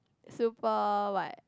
super what